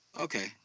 Okay